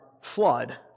flood